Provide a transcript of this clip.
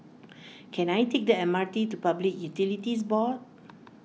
can I take the M R T to Public Utilities Board